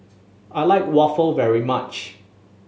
I like waffle very much